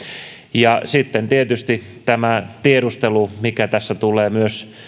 sitten on tietysti tämä tiedustelu mikä tässä tulee myös